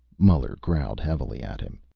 muller growled heavily at him.